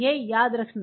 यह याद रखना